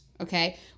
okay